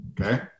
Okay